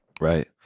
Right